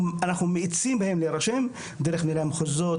אנחנו מאיצים בהם להירשם דרך מנהלי המחוזות,